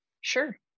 Sure